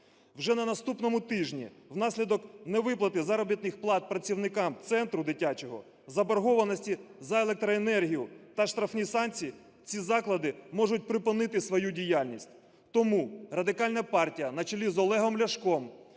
Вже на наступному тижні внаслідок невиплати заробітних плат працівникам центру дитячого, заборгованості за електроенергію та штрафні санкції ці заклади можуть припинити свою діяльність. Тому Радикальна партія на чолі з Олегом Ляшком